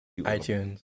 iTunes